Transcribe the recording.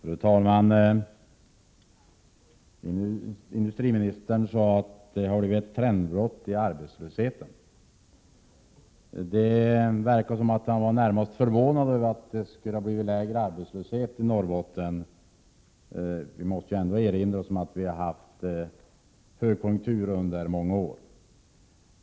Fru talman! Industriministern sade att det har blivit ett trendbrott när det gäller arbetslösheten. Det verkar som om han närmast var förvånad över att det skulle ha blivit lägre arbetslöshet i Norrbotten. Vi måste ju ändå erinra oss att vi har haft högkonjunktur under många år.